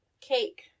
Cake